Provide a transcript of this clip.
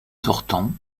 sortant